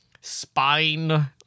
spine